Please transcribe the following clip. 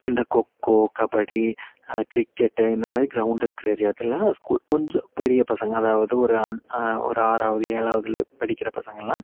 இந்த கொக்கோ கபடி கிரிக்கெட்டு இந்தமாதிரி க்ரௌண்டு இருக்கிற ஏரியா இதெல்லாம் ஸ்கூல் கொஞ்சம் பெரிய பசங்க அதாவது ஒரு ஒரு ஆறாவது ஏழாவதில் படிக்கிற பசங்க எல்லாம்